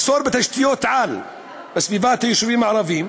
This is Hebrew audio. מחסור בתשתיות-על בסביבת היישובים הערביים,